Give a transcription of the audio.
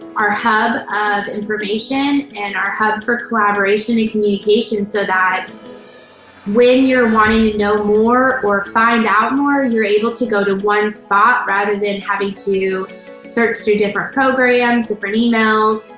our hub of information, and our hub for collaboration and communication, so that when you're wanting to know more, or find out more, you're able to go to one spot, rather than having to search through different programs, different emails,